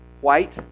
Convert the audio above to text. white